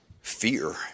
fear